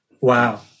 Wow